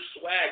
Swag